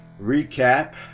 recap